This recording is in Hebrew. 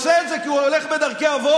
הוא עושה את זה כי הוא הולך בדרכי אבות,